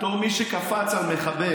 בתור מי שקפץ על מחבל,